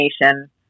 nation